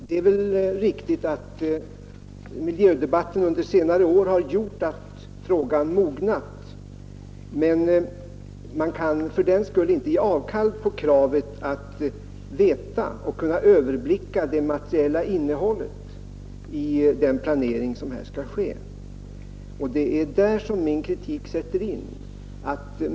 Det är väl riktigt att miljödebatten under senare år har gjort att frågan mognat, men man kan fördenskull inte ge avkall på kravet att känna till och kunna överblicka det materiella innehållet i den planering som här skall ske. Det är där min kritik sätter in.